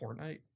fortnite